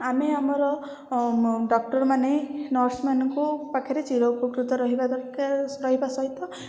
ଆମେ ଆମର ଡକ୍ଟରମାନେ ନର୍ସମାନଙ୍କ ପାଖରେ ଚିରୋପକୃତ ରହିବା ଦରକାର ରହିବା ସହିତ